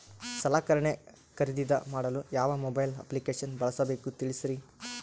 ಸಲಕರಣೆ ಖರದಿದ ಮಾಡಲು ಯಾವ ಮೊಬೈಲ್ ಅಪ್ಲಿಕೇಶನ್ ಬಳಸಬೇಕ ತಿಲ್ಸರಿ?